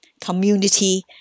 community